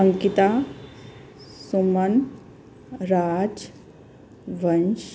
Akinta Suman Raj Vansh